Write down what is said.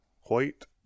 white